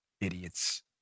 Idiots